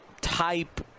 type